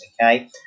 Okay